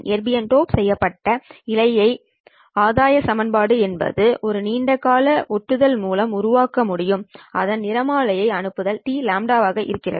erbium dope செய்யப்பட்ட இழைக்கான ஆதாய சமன்பாடு என்பது ஒரு நீண்ட கால ஒட்டுதல் மூலம் உருவாக்க முடியும் அதன் நிறமாலையை அனுப்புதல் Tλ ஆக இருக்கிறது